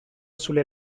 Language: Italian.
sulle